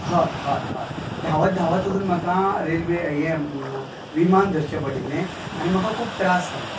हय हय हय धांवत धांवत वचून म्हाका रेल्वे हें विमान धरचें पडिल्लें आनी म्हाका खूब त्रास जाल्लो